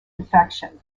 infection